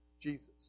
Jesus